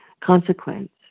consequence